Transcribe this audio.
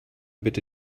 bitte